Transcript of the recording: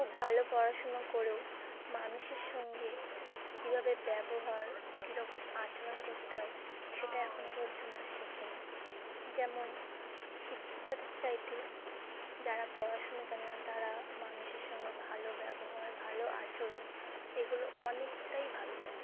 খুব ভালো পড়াশুনো করেও মানুষের সঙ্গে কীভাবে ব্যবহার কী রকম আচরণ করতে হয় সেটা এখনো পর্যন্ত শেখে নি যেমন শিক্ষিতাদের চাইতে যারা পড়াশুনো জানে না তারা মানুষের সঙ্গে ভালো ব্যবহার ভালো আচরণ এইগুলো অনেকটাই ভালো জানে